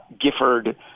Gifford